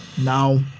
now